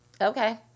Okay